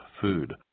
food